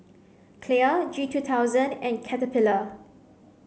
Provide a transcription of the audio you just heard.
Clear G two thousand and Caterpillar